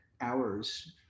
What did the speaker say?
hours